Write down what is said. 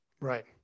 right